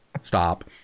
stop